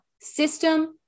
system